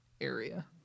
area